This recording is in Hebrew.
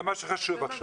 זה מה שחשוב עכשיו.